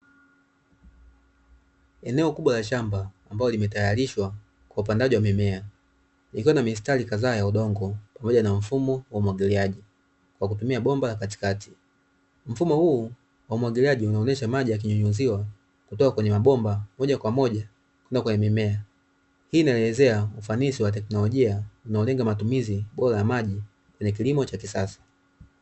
Eneo kubwa la shamba ambalo limetaarishwa kwa ajili ya upandaji wa mimea likiwa na mistari kadhaa ya udongo pamoja na mfumo wa umwagiliaji, kwa kutumia bomba la katikati, mfumo huu wa umwagiliaji ukionyesha maji yakinyunyuziwa kutoka kwenye mabomba moja kwa moja kwenda kwenda kwenye mimea, hii inaelezea ufanisi wa teknolojia unaolenga matumizi bora ya maji kwenye kilimo cha kisasa.